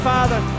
Father